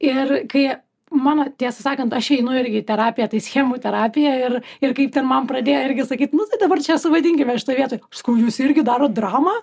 ir kai mano tiesą sakant aš einu irgi į terapiją tai schemų terapiją ir ir kaip ten man pradėjo irgi sakyt nu tai dabar čia suvaidinkime šitoje vietoj sakau jūs irgi daro dramą